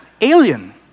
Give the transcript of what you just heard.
alien